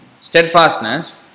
steadfastness